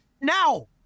now